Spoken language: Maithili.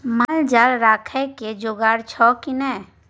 माल जाल राखय के जोगाड़ छौ की नै